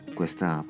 questa